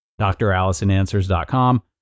drallisonanswers.com